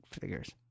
figures